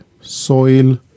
soil